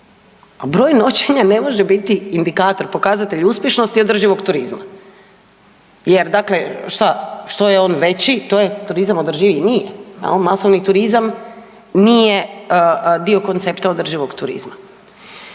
a broj noćenja ne može biti indikator pokazatelja uspješnosti održivog turizma, jer, dakle, šta, što je on veći, to je turizam održiviji? Nije. Je li, masovni turizam nije dio koncepta održivog turizma..